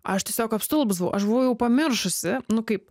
aš tiesiog apstulbus buvau aš buvau jau pamiršusi nu kaip